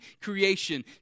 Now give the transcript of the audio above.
creation